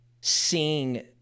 seeing